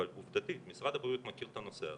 אבל עובדתית משרד הבריאות מכיר את הנושא הזה,